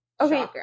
Okay